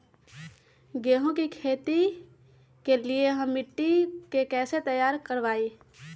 गेंहू की खेती के लिए हम मिट्टी के कैसे तैयार करवाई?